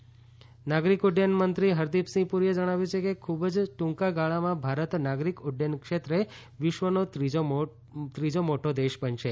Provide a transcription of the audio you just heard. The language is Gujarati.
હરદીપ પુરી નાગરિક ઉડ્ડયનમંત્રી હરદીપસિંહ પુરીએ જણાવ્યું છે કે ખૂબ જ ટૂંકા ગાળામાં ભારત નાગરિક ઉક્રયન ક્ષેત્રે વિશ્વનો ત્રીજો મોટો દેશ બનશે